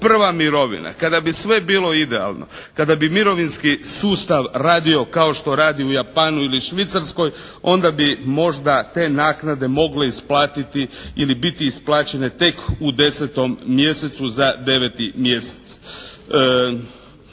prva mirovina kada bi sve bilo idealno, kada bi mirovinski sustav radio kao što radi u Japanu ili Švicarskoj onda bi možda te naknade mogle isplatiti ili biti isplaćene tek u 10. mjesecu za 9. mjesec.